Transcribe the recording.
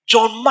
John